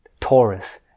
Taurus